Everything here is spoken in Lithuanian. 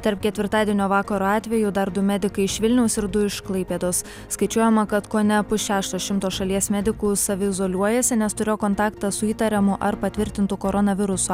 tarp ketvirtadienio vakaro atvejų dar du medikai iš vilniaus ir du iš klaipėdos skaičiuojama kad kone pusšešto šimto šalies medikų saviizoliuojasi nes turėjo kontaktą su įtariamu ar patvirtintu koronaviruso